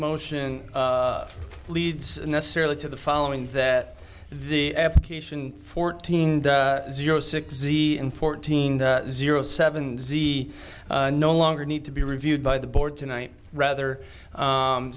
motion of leads necessarily to the following that the application fourteen zero six zero and fourteen zero seven zero no longer need to be reviewed by the board tonight rather